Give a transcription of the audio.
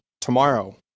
tomorrow